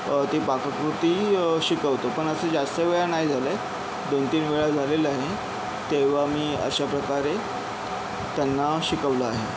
ती पाककृती शिकवतो पण असं जास्त वेळा नाही झालं आहे दोनतीन वेळा झालेलं आहे तेव्हा मी अशा प्रकारे त्यांना शिकवलं आहे